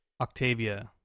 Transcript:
Octavia